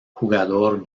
jugador